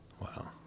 Wow